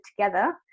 together